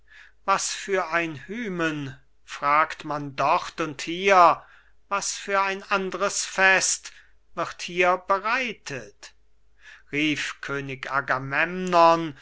was für ein hymen fragt man dort und hier was für ein andres fest wird hier bereitet rief könig